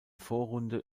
vorrunde